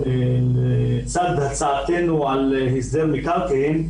הצעתנו לגבי הסדר מקרקעין,